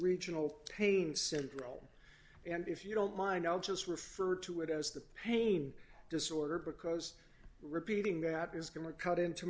regional pain syndrome and if you don't mind i'll just refer to it as the pain disorder because repeating that is going to cut into